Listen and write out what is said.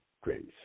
grace